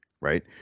Right